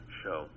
show